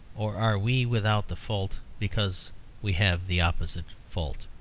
or are we without the fault because we have the opposite fault?